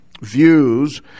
views